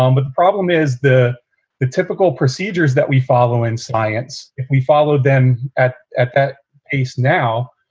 um but the problem is the the typical procedures that we follow in science. if we follow, then at at that pace. now,